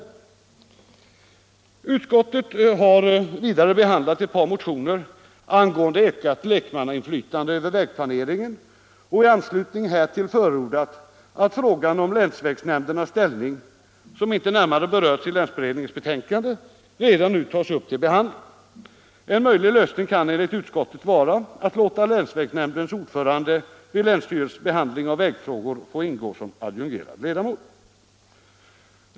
Anslag till vägväsen Utskottet har vidare behandlat ett par motioner angående ökat lek = det, m.m. mannainflytande över vägplaneringen och i anslutning härtill förordat att frågan om länsvägnämndernas ställning, som inte närmare berörts i länsberedningens betänkande, redan nu tas upp till behandling. En möjlig lösning kan enligt utskottet vara att låta länsvägnämndens ordförande vid länsstyrelsens behandling av vägfrågor få ingå som adjungerad ledamot.